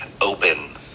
open